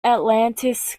atlantis